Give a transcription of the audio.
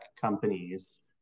companies